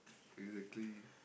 exactly